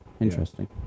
Interesting